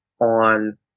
on